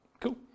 Cool